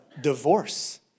divorce